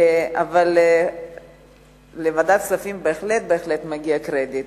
אבל לוועדת הכספים בהחלט בהחלט מגיע קרדיט,